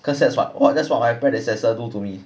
cause that's what that's what my predecessor do to me